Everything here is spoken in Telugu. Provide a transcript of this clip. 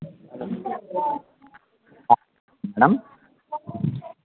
మేడం